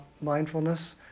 mindfulness